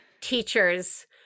teachers